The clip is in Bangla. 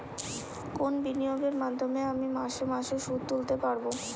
কোন বিনিয়োগের মাধ্যমে আমি মাসে মাসে সুদ তুলতে পারবো?